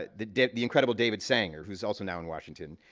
ah the the incredible david sanger, who is also now in washington.